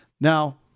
Now